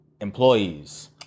employees